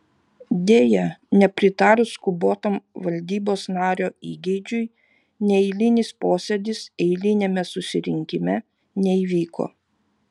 deja nepritarus skubotam valdybos nario įgeidžiui neeilinis posėdis eiliniame susirinkime neįvyko